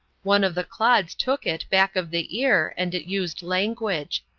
one of the clods took it back of the ear, and it used language.